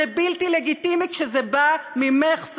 זה בלתי לגיטימי כשזה בא ממך,